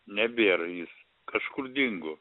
nebėra jis kažkur dingo